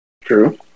True